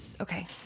Okay